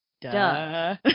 duh